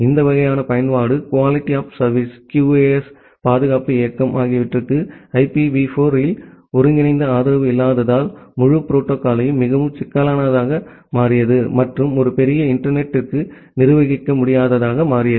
இந்த வகையான பயன்பாடு QoS பாதுகாப்பு இயக்கம் ஆகியவற்றிற்கு ஐபிவி 4 இல் ஒருங்கிணைந்த ஆதரவு இல்லாததால் முழு புரோட்டோகால்யும் மிகவும் சிக்கலானதாக மாறியது மற்றும் ஒரு பெரிய இன்டர்நெட் த்திற்கு நிர்வகிக்க முடியாததாக மாறியது